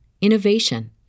innovation